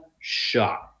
shot